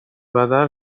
بدل